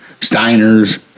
Steiner's